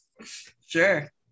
Sure